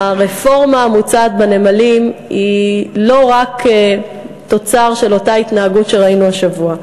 הרפורמה המוצעת בנמלים היא לא רק תוצר של אותה התנהגות שראינו השבוע.